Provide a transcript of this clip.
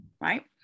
Right